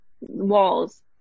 walls